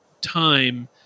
time